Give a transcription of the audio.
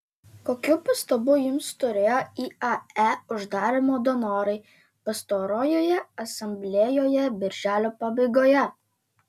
kokių pastabų jums turėjo iae uždarymo donorai pastarojoje asamblėjoje birželio pabaigoje